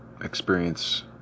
experience